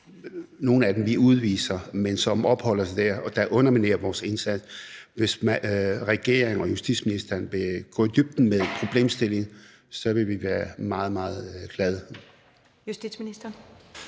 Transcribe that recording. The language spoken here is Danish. nogle af dem, men opholder de sig der, underminerer det vores indsats. Hvis regeringen og justitsministeren ville gå i dybden med problemstillingen, ville vi være meget, meget glade. Kl.